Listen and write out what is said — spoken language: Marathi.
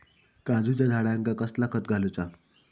काजूच्या झाडांका कसला खत घालूचा?